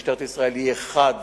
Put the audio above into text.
משטרת ישראל היא אחת